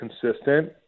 consistent